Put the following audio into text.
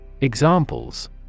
Examples